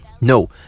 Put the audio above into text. No